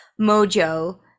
mojo